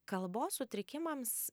kalbos sutrikimams